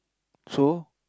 so